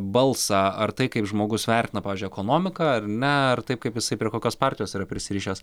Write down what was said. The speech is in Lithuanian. balsą ar tai kaip žmogus vertina pavyzdžiui ekonomiką ar ne ar taip kaip jisai prie kokios partijos yra prisirišęs